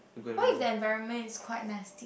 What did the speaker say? what if the environment is quit nasty